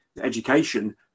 education